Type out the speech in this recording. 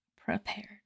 prepared